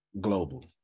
global